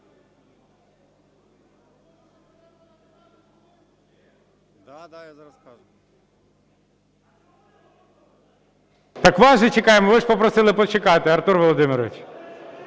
Так вас же чекаємо, ви ж попросили почекати, Артур Володимирович.